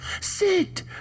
Sit